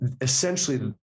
essentially